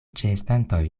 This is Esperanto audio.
ĉeestantoj